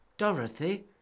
Dorothy